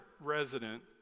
resident